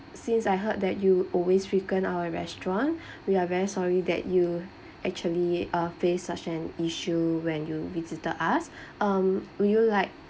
since I heard that you always frequent our restaurant we are very sorry that you actually uh face such an issue when you visited us um would you like